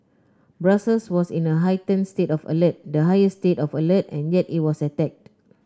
Brussels was in a heightened state of alert the highest state of alert and yet it was attacked